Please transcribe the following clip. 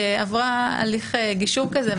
שעברה הליך גישור כזה.